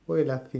why you laughing